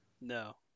No